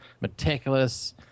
meticulous